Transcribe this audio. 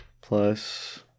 plus